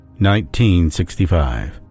1965